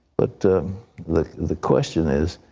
but the like the question is